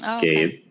Gabe